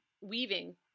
weaving